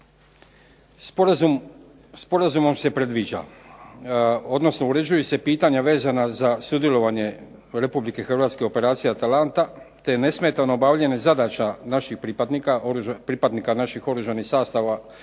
Sporazumom se predviđa odnosno uređuju se pitanja vezana za sudjelovanje Hrvatske u Operaciji „Atalanta“ te nesmetano obavljanje zadaća naših pripadnika naših Oružanih snaga u sastavu